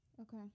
Okay